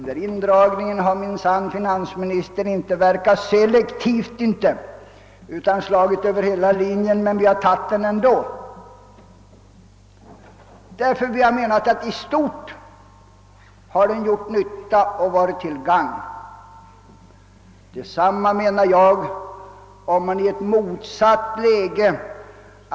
Den indragningen har minsann, herr finansminister, inte verkat selektivt utan verkat över hela linjen, men vi har tagit den och menat att den i stort sett har varit till gagn. Ett motsvarande resonemang menar jag att man bör föra i ett motsatt läge.